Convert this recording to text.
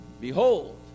Behold